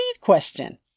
question